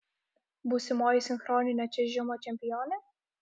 būsimoji sinchroninio čiuožimo čempionė